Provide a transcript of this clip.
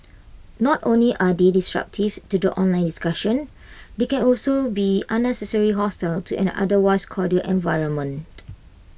not only are they disruptive to the online discussion they can also be unnecessarily hostile to an otherwise cordial environment